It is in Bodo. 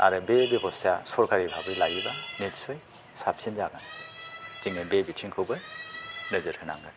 आरो बे बेबसथाया सरकारि भाबै लायोबा नितसय साबसिन जागोन जोङो बे बिथिंखौबो नोजोर होनांगोन